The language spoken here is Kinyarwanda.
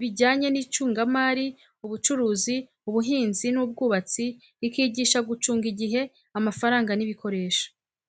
bijyanye n’icungamari, ubucuruzi, ubuhinzi n’ubwubatsi, rikigisha gucunga igihe, amafaranga n’ibikoresho.